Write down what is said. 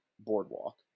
boardwalk